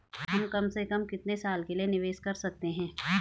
हम कम से कम कितने साल के लिए निवेश कर सकते हैं?